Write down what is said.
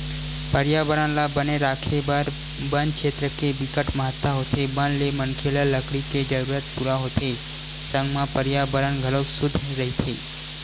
परयाबरन ल बने राखे बर बन छेत्र के बिकट महत्ता होथे बन ले मनखे ल लकड़ी के जरूरत पूरा होथे संग म परयाबरन घलोक सुद्ध रहिथे